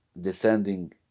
descending